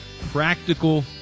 practical